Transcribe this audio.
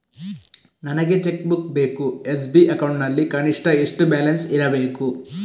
ನನಗೆ cheque book ಬೇಕು S B account ನಲ್ಲಿ ಕನಿಷ್ಠ ಎಷ್ಟು ಬ್ಯಾಲೆನ್ಸ್ ಇರಬೇಕು?